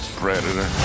predator